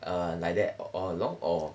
err like that all along or